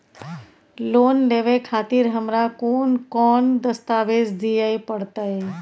Loan लेवे खातिर हमरा कोन कौन दस्तावेज दिय परतै?